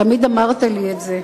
תמיד אמרת לי את זה.